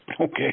okay